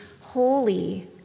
holy